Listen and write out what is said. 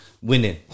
Winning